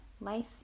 life